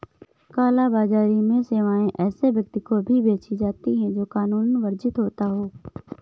काला बाजारी में सेवाएं ऐसे व्यक्ति को भी बेची जाती है, जो कानूनन वर्जित होता हो